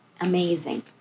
Amazing